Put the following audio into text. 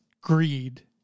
greed